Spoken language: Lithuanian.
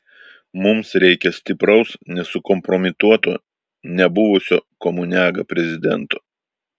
mums reikia stipraus nesukompromituoto nebuvusio komuniaga prezidento